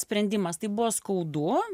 sprendimas tai buvo skaudu